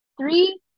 three